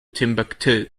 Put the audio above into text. timbuktu